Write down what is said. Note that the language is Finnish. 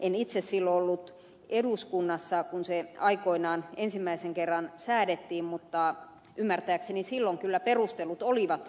en itse silloin ollut eduskunnassa kun se aikoinaan ensimmäisen kerran säädettiin mutta ymmärtääkseni silloin kyllä perustelut olivat hyvät